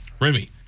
remy